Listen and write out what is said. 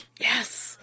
Yes